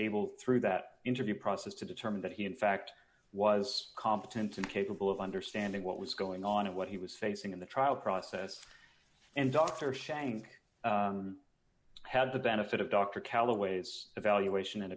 able through that interview process to determine that he in fact was competent and capable of understanding what was going on and what he was facing in the trial process and dr shank had the benefit of dr calloway's evaluation and